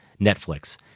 Netflix